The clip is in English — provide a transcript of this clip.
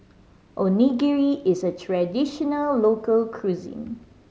onigiri is a traditional local cuisine